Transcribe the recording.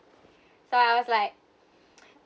so I was like